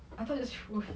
I thought just choose